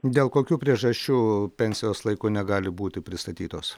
dėl kokių priežasčių pensijos laiku negali būti pristatytos